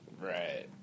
Right